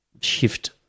shift